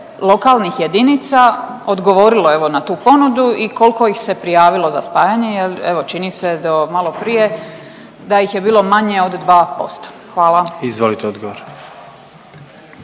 lokalnih jedinica odgovorilo evo na tu ponudu i koliko ih se prijavilo za spajanje jer evo čini se do malo prije da ih je bilo manje od 2%. Hvala. **Jandroković,